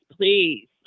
please